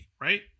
right